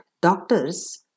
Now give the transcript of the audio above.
doctors